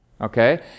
okay